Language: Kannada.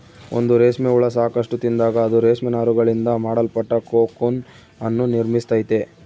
ಒಂದು ರೇಷ್ಮೆ ಹುಳ ಸಾಕಷ್ಟು ತಿಂದಾಗ, ಅದು ರೇಷ್ಮೆ ನಾರುಗಳಿಂದ ಮಾಡಲ್ಪಟ್ಟ ಕೋಕೂನ್ ಅನ್ನು ನಿರ್ಮಿಸ್ತೈತೆ